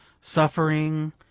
SUFFERING